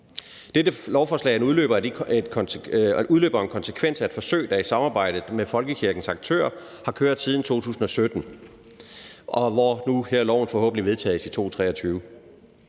Dette lovforslag er en udløber og en konsekvens af et forsøg, der i samarbejde med folkekirkens aktører har kørt siden 2017 – og nu vedtages loven forhåbentlig her i 2023.